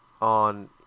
on